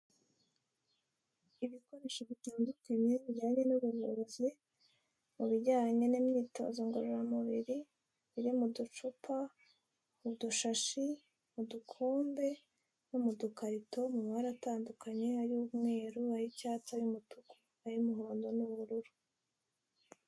Ibikoresho bitandukanye bijyanye n'ubuvuzi mu bijyanye n'imyitozo ngororamubiri, biri mu ducupa, mu dushashi, mu dukombe no mu dukarito, mu mabara atandukanye, ay'umweru, ay'icyatsi, ay'umutuku, ay'umuhondo n'ubururu.